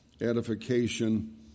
edification